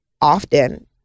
often